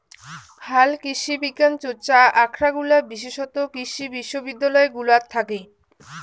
হালকৃষিবিজ্ঞান চর্চা আখরাগুলা বিশেষতঃ কৃষি বিশ্ববিদ্যালয় গুলাত থাকি